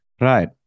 Right